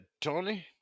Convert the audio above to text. Tony